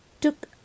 took